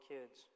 Kids